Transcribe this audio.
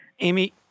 Amy